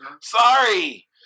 sorry